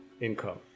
income